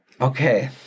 okay